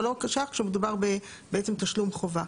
אבל לא שייך כשמדובר בעצם בתשלום חובה.